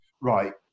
right